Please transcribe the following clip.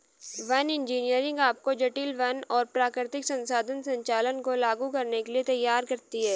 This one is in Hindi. वन इंजीनियरिंग आपको जटिल वन और प्राकृतिक संसाधन संचालन को लागू करने के लिए तैयार करती है